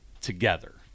together